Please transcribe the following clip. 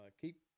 keep